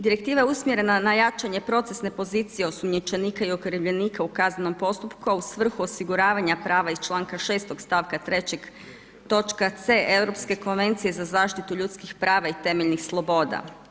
Direktiva je usmjerena na jačanje procesne pozicije osumnjičenika i okrivljenika u kaznenom postupku a u svrhu osiguravanja prava iz članka 6. stavka 3. točka c Europske konvencije za zaštitu ljudskih prava i temeljnih sloboda.